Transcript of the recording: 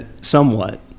somewhat